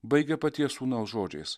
baigė paties sūnaus žodžiais